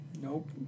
Nope